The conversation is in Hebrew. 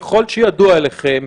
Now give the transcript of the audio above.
ככל שידוע לכם,